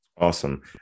Awesome